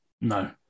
No